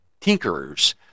tinkerers